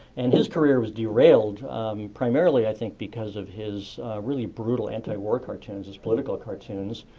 and his career was derailed primarily i think because of his really brutal anti-war cartoons, his political cartoons,